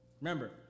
Remember